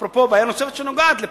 אפרופו, בעיה נוספת שנוגעת לפה.